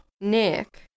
Nick